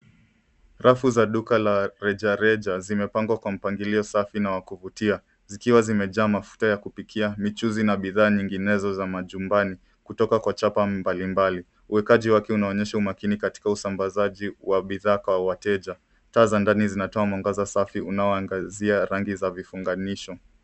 Rafu za duka la rejareja zimepangwa kwa mpangilio safi na wa kuvutia zikiwa zimejaa mafuta ya kupikia, michuuzi na bidhaa nyingine za majumbani kutoka kwa chapa mbalimbali. Uekaji wake unaonyesha umakini katika usambazaji wa bidhaa kwa wateja. Taa za ndani zinatoa mwangaza safi unaoangazia rangi za vifunganisho.